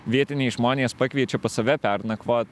vietiniai žmonės pakviečia pas save pernakvot